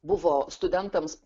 buvo studentams